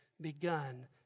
begun